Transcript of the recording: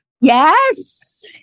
Yes